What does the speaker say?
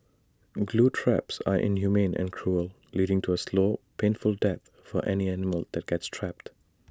glue traps are inhumane and cruel leading to A slow painful death for any animal that gets trapped